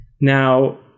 Now